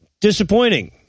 disappointing